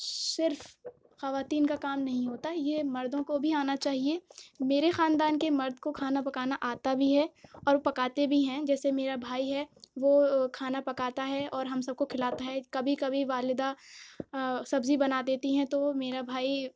صرف خواتین کا کام نہیں ہوتا یہ مردوں کو بھی آنا چاہیے میرے خاندان کے مرد کو کھانا پکانا آتا بھی ہے اور پکاتے بھی ہیں جیسے میرا بھائی ہے وہ کھانا پکاتا ہے اور ہم سب کو کھلاتا ہے کبھی کبھی والدہ سبزی بنا دیتی ہیں تو میرا بھائی